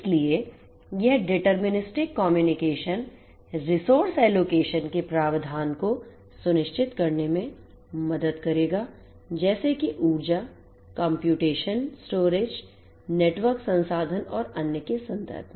इसलिए यह deterministic communication resource allocation के प्रावधान को सुनिश्चित करने में मदद करेगा जैसे कि ऊर्जाकम्प्यूटेशन स्टोरेज नेटवर्क संसाधन और अन्य के सन्दर्भ में